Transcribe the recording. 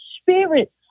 spirit